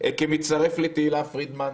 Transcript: כמצטרף לתהילה פרידמן,